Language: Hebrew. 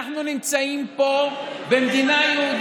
כבר יש לנו מדינה,